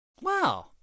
Wow